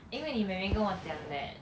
因为你妹妹跟我讲 that